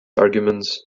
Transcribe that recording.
arguments